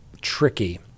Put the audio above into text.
Tricky